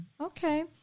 Okay